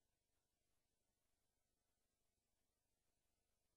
אני בטוח שאם אתה תראה את זה, זה יקומם אותך.